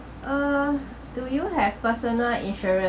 uh do you have personal insurance